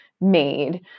made